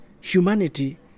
humanity